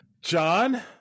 John